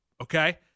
Okay